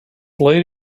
late